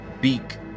beak